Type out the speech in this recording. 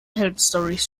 heldenstorys